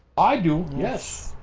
i do. yes,